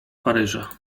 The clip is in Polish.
paryża